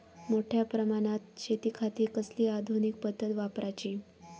मोठ्या प्रमानात शेतिखाती कसली आधूनिक पद्धत वापराची?